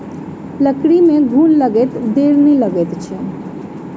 लकड़ी में घुन लगैत देर नै लगैत अछि